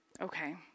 Okay